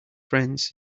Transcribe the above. friends